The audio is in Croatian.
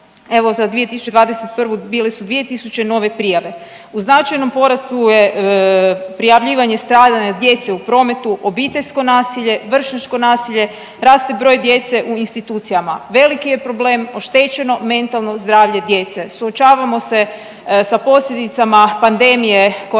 evo za 2021. bile su 2000 nove prijave, u značajnom porastu je prijavljivanje stradanja djece u prometu, obiteljsko nasilje, vršnjačko nasilje, raste broj djece u institucijama, veliki je problem oštećeno mentalno zdravlje djece, suočavamo se sa posljedicama pandemije koja je